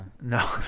No